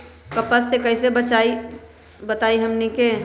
कपस से कईसे बचब बताई हमनी के?